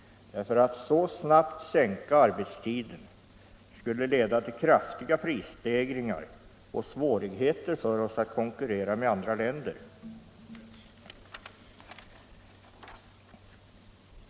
Att så snabbt sänka arbetstiden skulle leda till kraftiga prisstegringar och svårigheter för oss att konkurrera med andra länder.